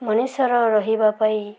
ମନିଷର ରହିବା ପାଇଁ